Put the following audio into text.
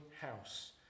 house